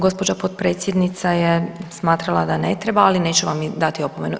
Gđa. potpredsjednica je smatrala da ne treba, ali neću vam dati opomenu.